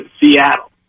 Seattle